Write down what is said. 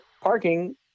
parking